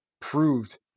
proved